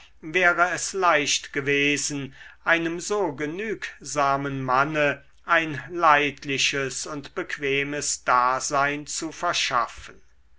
wäre es leicht gewesen einem so genügsamen manne ein leidliches und bequemes dasein zu verschaffen